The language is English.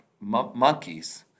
monkeys